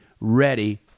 ready